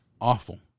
awful